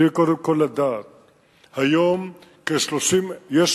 צריך קודם כול לדעת, היום יש הקצאה,